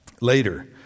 later